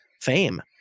fame